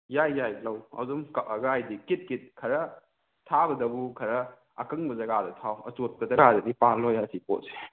ꯌꯥꯏ ꯌꯥꯏ ꯂꯧ ꯑꯗꯨꯝ ꯀꯛꯑꯒ ꯍꯥꯏꯗꯤ ꯀꯤꯠ ꯀꯤꯠ ꯈꯔ ꯊꯥꯕꯗꯕꯨ ꯈꯔ ꯑꯀꯪꯕ ꯖꯒꯥꯗꯣ ꯊꯥꯎ ꯑꯆꯣꯠꯄ ꯖꯒꯥꯗꯨꯗꯤ ꯄꯥꯜꯂꯣꯏ ꯑꯁꯤ ꯄꯣꯠꯁꯦ